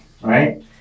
right